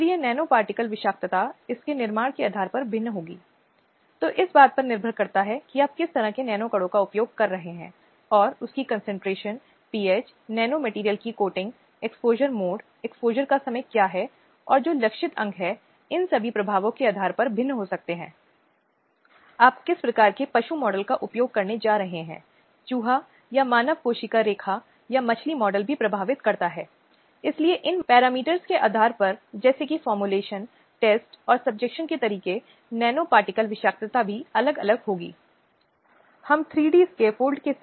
इसलिए महिलाओं के अधिकार से संबंधित विभिन्न मुद्दों पर भेदभाव के साथ साथ महिलाओं के खिलाफ हिंसा से संबंधित गैर सरकारी संगठनों ने बहुत महत्वपूर्ण भूमिका निभाई है और उन्होंने सरकार और जनता के बीच एक कड़ी की भूमिका निभाई है और उन्होंने संबोधित करने की कोशिश की है जो विशिष्ट मुद्दे जो समुदायों को भड़का रहे हैं और लोगों को त्रस्त कर रहे हैं